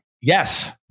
Yes